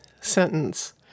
sentence